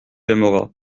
aimeras